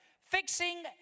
Fixing